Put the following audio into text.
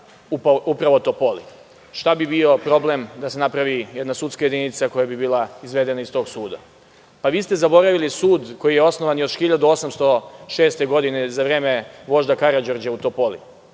upravo u Topoli. Šta bi bio problem da se napravi jedna sudska jedinica koja bi bila izvedena iz tog suda? Zaboravili ste sud koji je osnovan još 1806. godine, za vreme Vožda Karađorđa u Topoli.